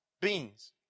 beings